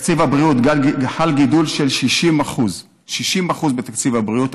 בתקציב הבריאות חל גידול של 60%; 60% בתקציב הבריאות,